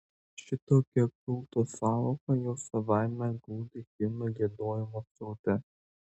šitokia kulto sąvoka jau savaime glūdi himnų giedojimo sraute